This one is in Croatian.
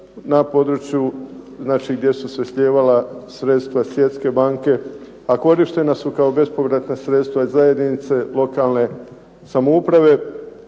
na području gdje su se slijevala sredstva Svjetske banke a korištena su kao bespovratna sredstva za jedinice lokalne samouprave